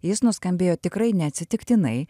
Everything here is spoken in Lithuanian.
jis nuskambėjo tikrai neatsitiktinai